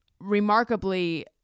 remarkably